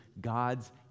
God's